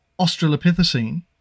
australopithecine